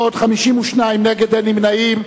52 נגד, ואין נמנעים.